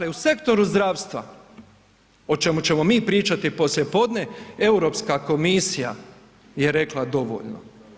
Dakle, u sektoru zdravstva o čemu ćemo mi pričati poslijepodne Europska komisija je rekla dovoljno.